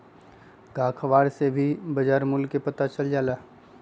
का अखबार से भी बजार मूल्य के पता चल जाला?